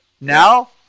Now